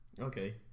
Okay